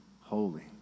Holy